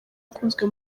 ukunzwe